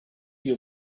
your